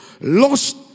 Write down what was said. Lost